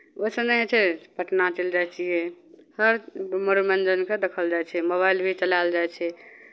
ओहिसँ नहि होइ छै पटना चलि जाइ छियै हर मनोरञ्जनके देखल जाइ छै मोबाइल भी चलायल जाइ छै